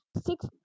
six